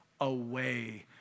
away